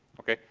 okay?